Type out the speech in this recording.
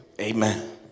Amen